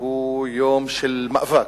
שהוא יום של מאבק,